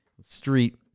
street